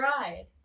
ride